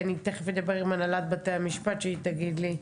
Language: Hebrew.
כי תיכף אני אדבר על הנהלת בתי המשפט שהיא תגיד לי.